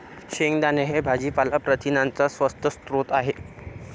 शेंगदाणे हे भाजीपाला प्रथिनांचा स्वस्त स्रोत आहे